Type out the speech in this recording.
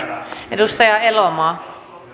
edustaja elomaa siinä